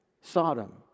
Sodom